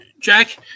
Jack